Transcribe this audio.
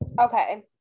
okay